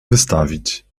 wystawić